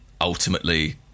ultimately